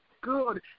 good